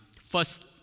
first